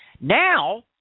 Now